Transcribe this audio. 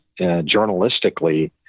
journalistically